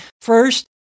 first